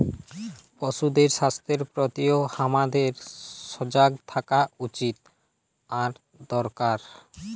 পশুদের স্বাস্থ্যের প্রতিও হামাদের সজাগ থাকা উচিত আর দরকার